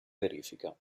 verifica